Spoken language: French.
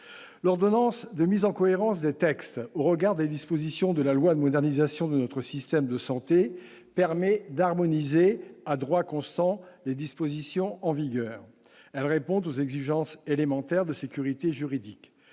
l'ordonnance de mise en cohérence des textes au regard des dispositions de la loi de modernisation de notre système de santé permet d'harmoniser à droit constant, les dispositions en vigueur, elle répond aux exigences élémentaires de sécurité juridique,